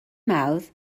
mawrth